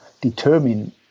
determine